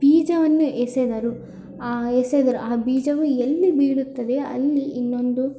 ಬೀಜವನ್ನು ಎಸೆದರು ಆ ಎಸೆದರು ಆ ಬೀಜವು ಎಲ್ಲಿ ಬೀಳುತ್ತದೆ ಅಲ್ಲಿ ಇನ್ನೊಂದು